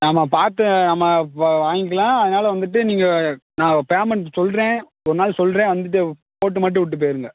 நாம் பார்த்து நம்ம இப்போ வாங்கிக்கலாம் அதனால வந்துட்டு நீங்கள் நான் பேமெண்ட் சொல்கிறேன் ஒரு நாள் சொல்கிறேன் வந்துட்டு போட்டு மாட்டி விட்டு போயிடுங்க